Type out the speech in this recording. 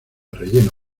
relleno